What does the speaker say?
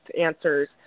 answers